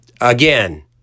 again